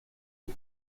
eux